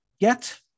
Get